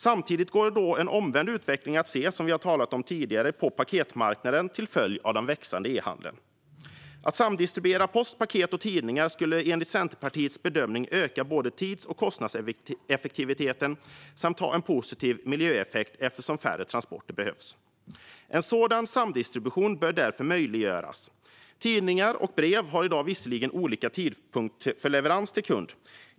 Samtidigt går, som vi talat om tidigare, en omvänd utveckling att se på paketmarknaden till följd av den växande e-handeln. Att samdistribuera post, paket och tidningar skulle enligt Centerpartiets bedömning öka både tids och kostnadseffektiviteten samt ha en positiv miljöeffekt eftersom färre transporter skulle behövas. En sådan samdistribution bör därför möjliggöras. Tidningar och brev har i dag visserligen olika tidpunkt för leverans till kund.